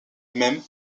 même